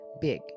big